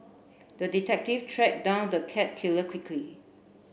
the detective track down the cat killer quickly